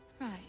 right